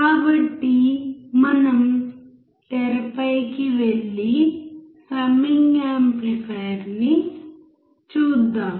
కాబట్టి మనం తెరపైకి వెళ్లి సమ్మింగ్ యాంప్లిఫైయర్ నీ చూద్దాం